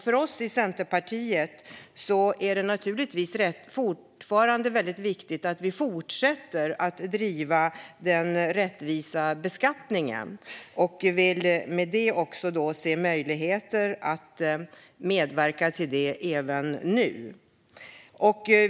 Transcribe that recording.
För oss i Centerpartiet är det fortfarande viktigt att vi fortsätter att driva den rättvisa beskattningen, och vi vill se möjligheter att medverka till det även nu.